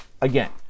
again